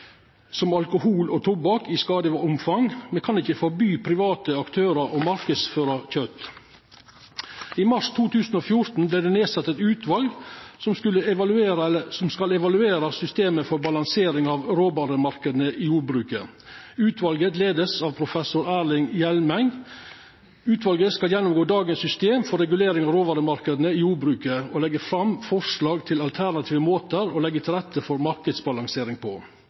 som alkohol og tobakk når det gjeld skadeomfang. Me kan ikkje forby private aktørar å marknadsføra kjøt. I mars 2014 vart det sett ned eit utval som skal evaluera systemet for balansering av råvaremarknadene i jordbruket. Utvalet vert leidd av professor Erling Hjelmeng. Utvalet skal gjennomgå dagens system for regulering av råvaremarknadene i jordbruket og leggja fram forslag til alternative måtar å leggja til rette for marknadsbalansering på.